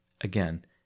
Again